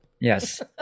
yes